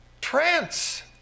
trance